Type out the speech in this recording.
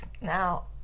Now